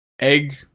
egg